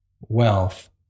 wealth